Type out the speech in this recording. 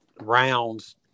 rounds